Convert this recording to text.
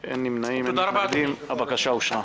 תודה, מכובדי היושב-ראש.